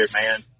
man